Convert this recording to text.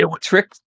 trick